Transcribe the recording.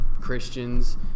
Christians